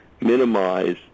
minimize